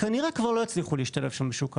הן כנראה כבר לא יצליחו להשתלב שם בשוק העבודה.